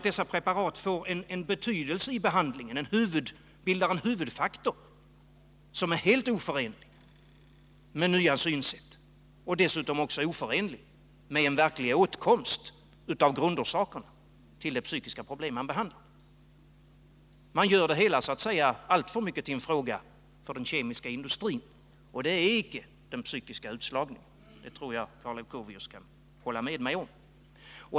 Dessa preparat utgör en huvudfaktor i behandlingen, som är helt oförenlig med nya synsätt och dessutom oförenlig med en verklig åtkomst av grundorsakerna till de psykiska problem som behandlas. Man gör så att säga det hela alltför mycket till en fråga för den kemiska industrin, och det är icke den psykiska utslagningen. Det tror jag att Karl Leuchovius kan hålla med mig om.